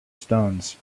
stones